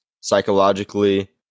Psychologically